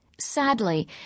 Sadly